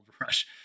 Rush